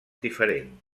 diferent